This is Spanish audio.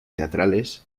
teatrales